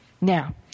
Now